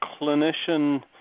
clinician